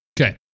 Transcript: Okay